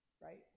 right